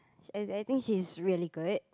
and I think she is really good